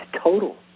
total